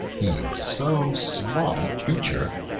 being so small a creature,